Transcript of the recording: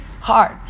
hard